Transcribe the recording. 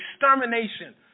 extermination